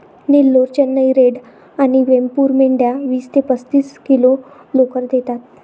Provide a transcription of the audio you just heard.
Nellore, Chennai red आणि वेमपूर मेंढ्या वीस ते पस्तीस किलो लोकर देतात